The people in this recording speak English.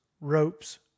ropes